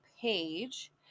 page